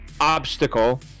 obstacle